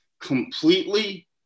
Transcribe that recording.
completely